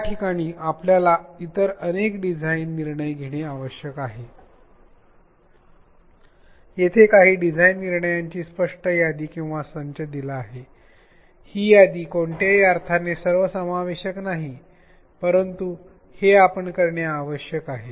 या ठिकाणी आपल्याला इतर अनेक डिझाइन निर्णय घेणे आवश्यक आहे येथे काही डिझाइन निर्णयांची स्पष्ट यादी किंवा संच दिला आहे आणि हि यादी कोणत्याही अर्थाने सर्वसमावेशक नाही परंतु हे आपण करणे आवश्यक आहे